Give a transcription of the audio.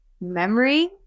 memory